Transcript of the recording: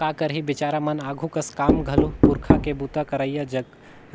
का करही बिचारा मन आघु कस काम घलो पूरखा के बूता करइया जग